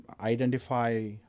Identify